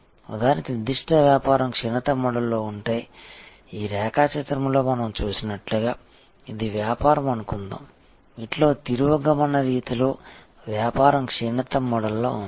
ఉదాహరణకు నిర్దిష్ట వ్యాపారం క్షీణత మోడ్లో ఉంటే ఈ రేఖాచిత్రంలో మనం చూసినట్లుగా ఇది వ్యాపారం అనుకుందాం వీటిలో తిరోగమన రీతిలో వ్యాపారం క్షీణత మోడ్లో ఉంది